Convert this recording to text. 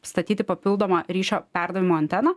statyti papildomą ryšio perdavimo anteną